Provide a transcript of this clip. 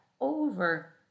over